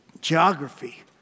geography